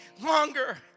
longer